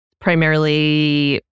primarily